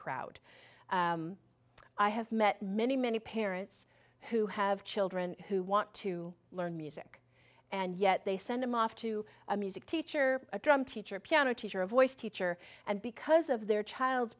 crowd i have met many many parents who have children who want to learn music and yet they send them off to a music teacher a drum teacher a piano teacher a voice teacher and because of their child's